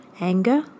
anger